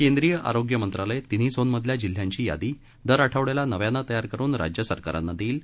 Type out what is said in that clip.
केंद्रीय आरोग्य मंत्रालय तिन्ही झोनमधल्या जिल्ह्यांची यादी दर आठवड्याला नव्यानं तयार करुन राज्य सरकारांना देईल